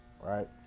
right